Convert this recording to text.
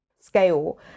scale